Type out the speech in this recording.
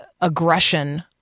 aggression